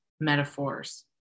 metaphors